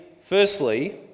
firstly